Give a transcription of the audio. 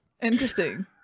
Interesting